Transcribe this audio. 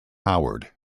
howard